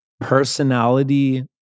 personality